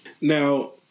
Now